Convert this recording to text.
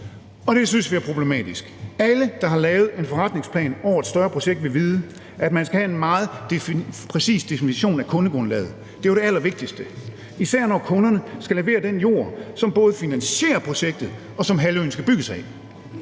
Det synes vi er problematisk. Alle, der har lavet en forretningsplan over et større projekt, vil vide, at man skal have en meget præcis definition af kundegrundlaget. Det er jo det allervigtigste, især når kunderne skal levere den jord, som både finansierer projektet, og som halvøen skal bygges af.